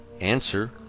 Answer